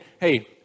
hey